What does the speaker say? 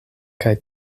kaj